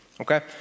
Okay